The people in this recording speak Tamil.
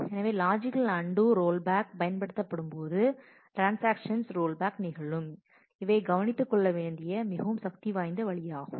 எனவே லாஜிக்கல் அன்டூ ரோல் பேக் பயன்படுத்தப்படும்போது ட்ரான்ஸாக்ஷன்ஸ் ரோல் பேக் நிகழும் இதை கவனித்துக்கொள்ள மிகவும் சக்திவாய்ந்த வழியாகும்